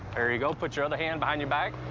there you go. put your other hand behind your back.